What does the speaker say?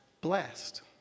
blessed